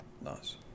Nice